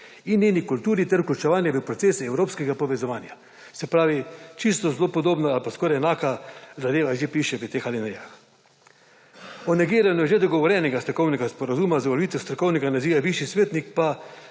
in njeni kulturi ter vključevanje v procese evropskega povezovanja. Se pravi, čisto zelo podobna ali pa skoraj enaka zadeva že piše v teh alinejah. O negiranju že dogovorjenega strokovnega sporazuma z uveljavitev strokovnega naziva višji svetnik pa